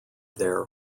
there